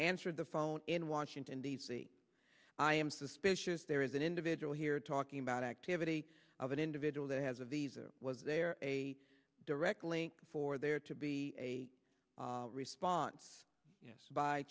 answered the phone in washington d c i am suspicious there is an individual here talking about activity of an individual that has a visa was there a direct link for there to be a response yes by